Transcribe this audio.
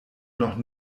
noch